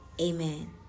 amen